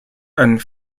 and